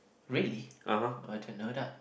really well I didn't know that